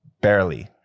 Barely